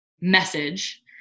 message